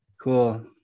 cool